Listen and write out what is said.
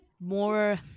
more